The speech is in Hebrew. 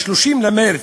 30 במרס,